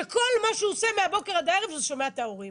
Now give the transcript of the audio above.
שכל מה שהוא עושה מהבוקר עד הערב זה שומע את ההורים.